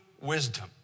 wisdom